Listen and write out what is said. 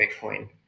Bitcoin